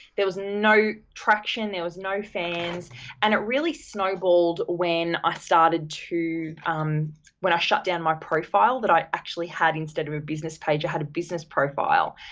there was no traction, there was no fans and it really snowballed when i started to um when i shutdown my profile that i actually had instead of a business page, i had a business profile.